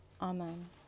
Amen